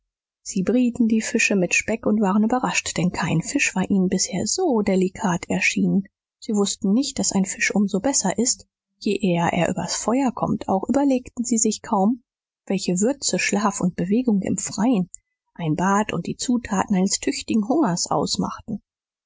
sie brieten die fische mit speck und waren überrascht denn kein fisch war ihnen bisher so delikat erschienen sie wußten nicht daß ein fisch um so besser ist je eher er übers feuer kommt auch überlegten sie sich kaum welche würze schlaf und bewegung im freien ein bad und die zutat eines tüchtigen hungers ausmachten